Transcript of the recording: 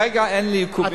כרגע אין לי עיכובים.